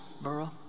borough